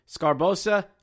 Scarbosa